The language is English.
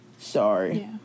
sorry